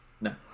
No